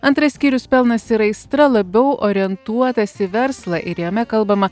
antras skyrius pelnas ir aistra labiau orientuotas į verslą ir jame kalbama